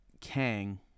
Kang